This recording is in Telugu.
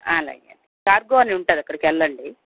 అలాగేనండి కార్గో అని ఉంటుంది అక్కడికెళ్ళండి